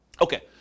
Okay